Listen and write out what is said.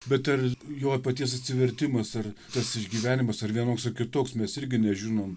bet ar jo paties atsivertimas ar tas išgyvenimas ar vienoks ar kitoks mes irgi nežinom